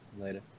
later